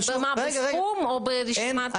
במה, בסכום או ברשימה ---?